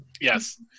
Yes